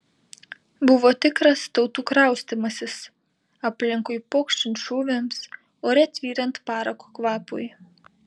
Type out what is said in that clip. buvo tikras tautų kraustymasis aplinkui pokšint šūviams ore tvyrant parako kvapui